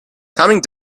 coming